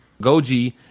Goji